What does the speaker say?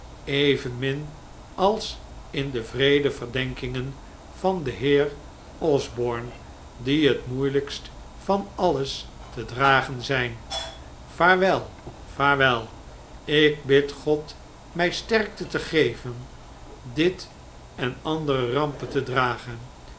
evenmin als in de wreede verdenkingen van den heer osborne die het moeilijkst van alles te dragen zijn vaarwel vaarwel ik bid god mij sterkte te geven dit en andere rampen te dragen